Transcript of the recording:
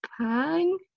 Pang